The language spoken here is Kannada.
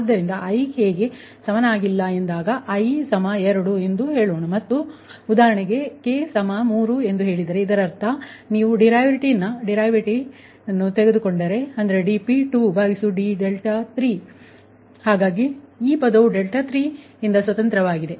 ಆದ್ದರಿಂದ i k ಗೆ ಸಮನಾಗಿಲ್ಲ i 2 ಎಂದು ಹೇಳೋಣ ಮತ್ತು ಉದಾಹರಣೆಗೆ k 3 ಎಂದು ಹೇಳಿದರೆ ಇದರರ್ಥ ನೀವು ಡರಿವಿಟಿವ ಅನ್ನು ತೆಗೆದುಕೊಂಡರೆ ಅಂದರೆ dP2d3 ಹಾಗಾಗಿ ಈ ಪದವು d3ಇಂದ ಸ್ವತಂತ್ರವಾಗಿದೆ